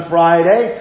Friday